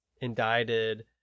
indicted